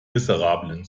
miserablen